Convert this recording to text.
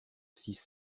six